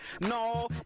no